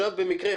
במקרה,